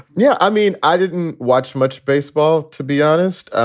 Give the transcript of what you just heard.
yeah. i mean, i didn't watch much baseball, to be honest,